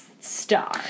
star